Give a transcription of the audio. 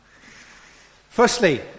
Firstly